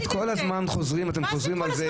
אתם כל הזמן חוזרים על זה,